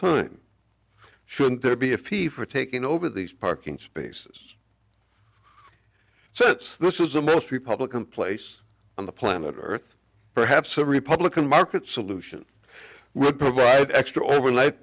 time shouldn't there be a fee for taking over these parking spaces so it's this is the most republican place on the planet earth perhaps a republican market solution would provide extra overnight